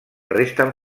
resten